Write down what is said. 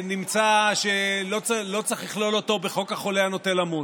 ונמצא שלא צריך לכלול אותו בחוק החולה הנוטה למות.